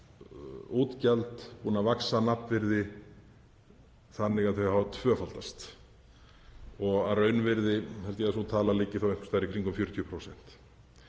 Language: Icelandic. útgjöld búin að vaxa nafnvirði þannig að þau hafi tvöfaldast. Að raunvirði held ég að sú tala liggi einhvers staðar í kringum 40%.